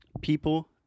people